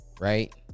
right